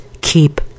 keep